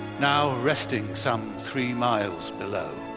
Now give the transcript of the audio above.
now resting some three miles below.